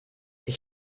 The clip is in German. ich